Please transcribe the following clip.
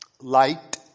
Light